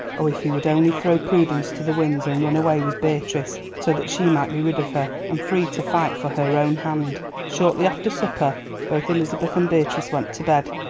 oh, if he would only throw prudence to the winds and run away with beatrice, so that she might be rid of her, and free to fight for her own hand. shortly after supper both elizabeth and beatrice went to bed,